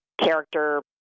character